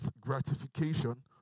gratification